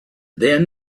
then